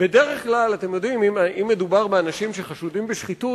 בדרך כלל אם מדובר באנשים שחשודים בשחיתות,